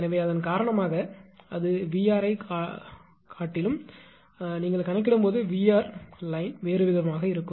எனவே அதன் காரணமாக அது 𝑉𝑅 ஐக் காட்டினாலும் நீங்கள் கணக்கிடும் போது 𝑉𝑅 கோடு வேறு விதமாக இருக்கும்